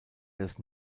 des